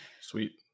Sweet